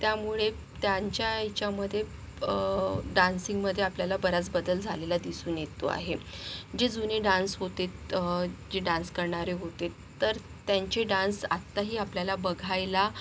त्यामुळे त्यांच्या याच्यामध्ये प डान्सिंगमध्ये आपल्याला बराच बदल झालेला दिसून येतो आहे जी जुने डान्स होते तर जे डान्स करणारे होते तर त्यांचे डान्स आताही आपल्याला बघायला